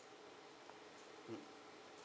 mm